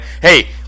hey